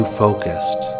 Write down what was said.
focused